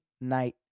night